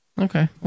Okay